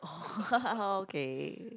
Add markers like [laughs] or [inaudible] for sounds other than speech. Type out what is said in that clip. orh [laughs] okay